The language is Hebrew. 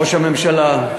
ראש הממשלה,